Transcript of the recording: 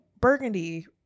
burgundy